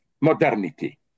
modernity